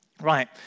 Right